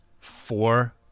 four